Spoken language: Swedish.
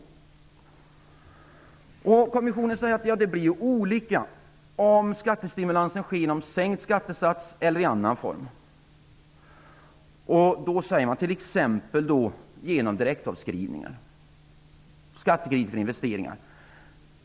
Kommissionen menar att effekterna blir olika beroende på om skattestimulansen sker genom sänkt skattesats eller i annan form, t.ex. genom direktavskrivningar och skattefrihet för investeringar.